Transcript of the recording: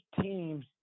teams